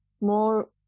more